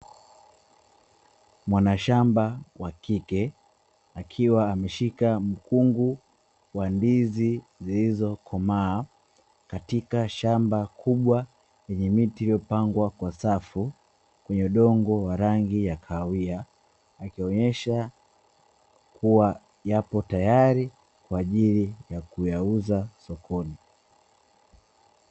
Mwanashamba wa kike akiwa ameshika mkungu wa ndizi zilizokomaa katika shamba kubwa lenye miti iliyopangwa kwa safu, kwenye udongo wa rangi ya kahawia akionyesha kuwa yapo tayari kwa ajili ya kuyauza sokoni.